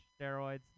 steroids